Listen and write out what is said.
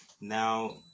Now